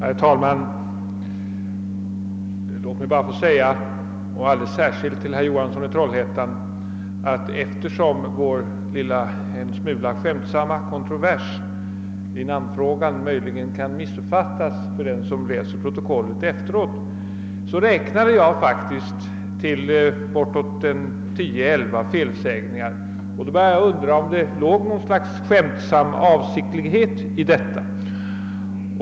Herr talman! Jag vill bara säga — jag vänder mig särskilt till herr Johansson i Trollhättan — att eftersom vår lilla skämtsamma kontrovers i namnfrågan möjligen kan missuppfattas av den som efteråt läser kammarens protokoll, så räknade jag faktiskt till tio—elva felsägningar av herr Johansson och började då undra om det kunde ligga något slags skämtsam avsiktlighet i det.